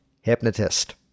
hypnotist